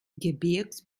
gebirgs